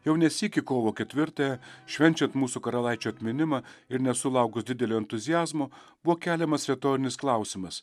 jau ne sykį kovo ketvirtąją švenčiant mūsų karalaičio atminimą ir nesulaukus didelio entuziazmo buvo keliamas retorinis klausimas